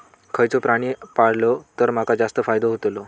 खयचो प्राणी पाळलो तर माका जास्त फायदो होतोलो?